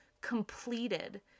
completed